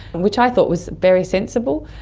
which i thought was very sensible.